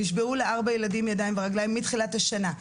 נשברו לארבעה ילדים ידיים ורגליים מאז תחילת השנה,